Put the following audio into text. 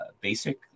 basic